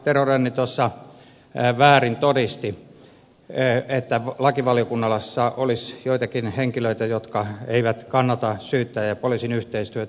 tero rönni tuossa väärin todisti että lakivaliokunnassa olisi joitakin henkilöitä jotka eivät kannata syyttäjän ja poliisin yhteistyötä